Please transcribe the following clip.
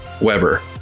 Weber